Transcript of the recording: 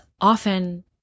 often